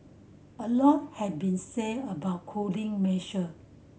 a lot has been said about cooling measure